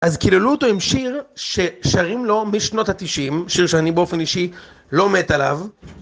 אז קיללו אותו עם שיר ששרים לו משנות התשעים, שיר שאני באופן אישי לא מת עליו.